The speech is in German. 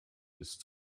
ist